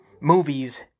movies